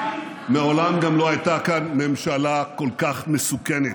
מעולם גם לא הייתה כאן ממשלה כל כך מסוכנת.